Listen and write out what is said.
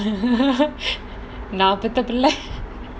நான் கிட்ட இல்ல:naan kitta illa